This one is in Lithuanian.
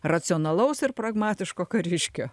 racionalaus ir pragmatiško kariškio